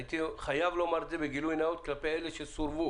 אני חייב לומר את הדברים האלה מתוך גילוי נאות כלפי אלה שסורבו.